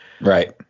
Right